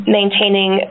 maintaining